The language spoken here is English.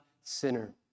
sinner